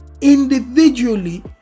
individually